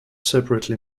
separately